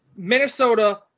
Minnesota